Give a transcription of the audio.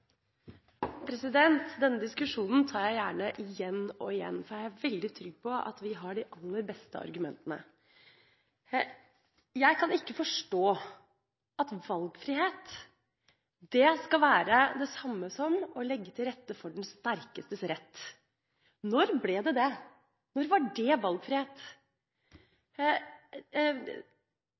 veldig trygg på at vi har de aller beste argumentene. Jeg kan ikke forstå at valgfrihet skal være det samme som å legge til rette for den sterkestes rett. Når ble det det? Når var dét valgfrihet?